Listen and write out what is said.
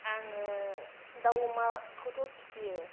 आङो दाउ अमाखौथ' फियो